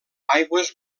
aigües